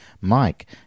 Mike